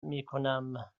میکنم